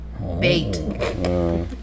Bait